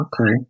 Okay